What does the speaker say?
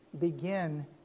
begin